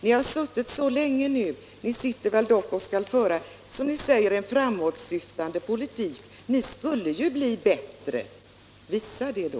Ni har ju suttit så länge nu att ni kan föra en som ni själva säger framåtsyftande politik. Ni skulle ju bli bättre än den gamla regeringen. Visa det då!